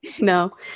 No